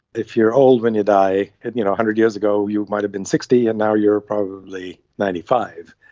if you are old when you die, one and you know hundred years ago you might have been sixty and now you are probably ninety five.